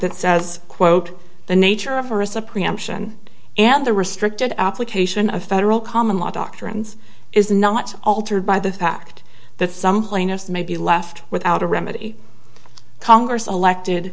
that says quote the nature of or is a preamp ssion and the restricted application of federal common law doctrines is not altered by the fact that some plainest may be left without a remedy congress elected